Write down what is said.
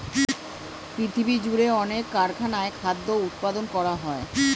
পৃথিবীজুড়ে অনেক কারখানায় খাদ্য উৎপাদন করা হয়